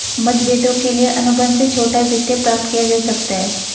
मतभेदों के लिए अनुबंध से छोटा वित्त प्राप्त किया जा सकता है